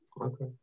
Okay